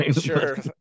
Sure